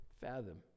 fathom